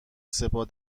سپاه